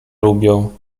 lubią